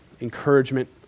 encouragement